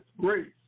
grace